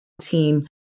team